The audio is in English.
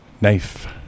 knife